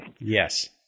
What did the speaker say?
Yes